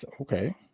Okay